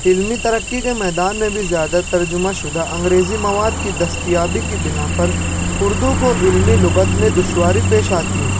علمی ترقی کے میدان میں بھی زیادہ ترجمہ شدہ انگریزی مواد کی دستیابی کی بنا پر اردو کو علمی لغت میں دشواری پیش آتی ہے